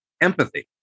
Empathy